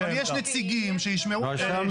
אבל יש נציגים שישמעו אותם.